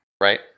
Right